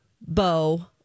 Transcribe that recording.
bo